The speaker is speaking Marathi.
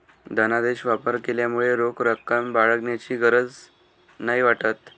धनादेश वापर केल्यामुळे रोख रक्कम बाळगण्याची गरज नाही वाटत